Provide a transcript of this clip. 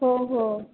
हो हो